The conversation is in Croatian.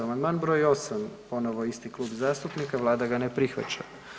Amandman broj 8. ponovo isti klub zastupnika, Vlada ga ne prihvaća.